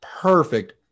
Perfect